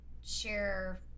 share